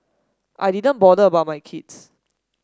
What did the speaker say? I didn't bother about my kids